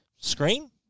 screen